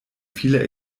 viele